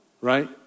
Right